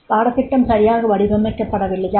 பாடத்திட்டம் சரியாக வடிவமைக்கப்படவில்லையா